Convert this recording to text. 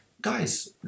Guys